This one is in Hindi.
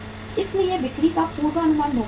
इसलिए बिक्री का पूर्वानुमान महत्वपूर्ण है